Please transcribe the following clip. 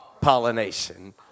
pollination